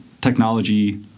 technology